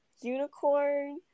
unicorn